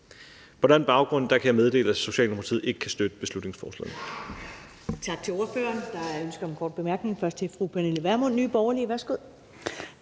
På den baggrund kan jeg meddele, at Socialdemokratiet ikke kan støtte beslutningsforslaget.